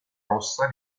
rossa